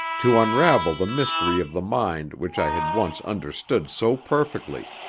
to unravel the mystery of the mind which i had once understood so perfectly!